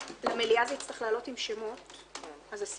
למליאה זה יצטרך לעלות עם שמות אז הסיעות